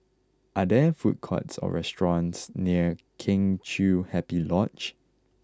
are there food courts or restaurants near Kheng Chiu Happy Lodge